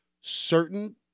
certain